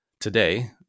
Today